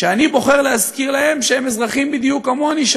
שאני בוחר להזכיר להם שהם אזרחים בדיוק כמוני,